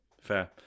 fair